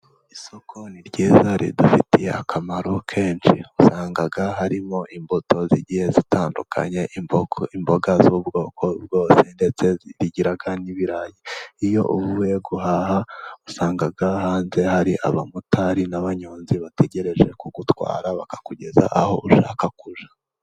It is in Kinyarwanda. Isoko ni ryiza ridufitiye akamaro kenshi. Usanga harimo imbuto zigiye zitandukanye, imboga z'ubwoko bwose, ndetse rigira n'ibirayi. Iyo uvuye guhaha usanga hanze hari abamotari n'abanyonzi bategereje kugutwara, bakakugeza aho ushaka kujya.